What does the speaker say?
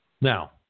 Now